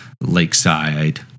lakeside